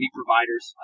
providers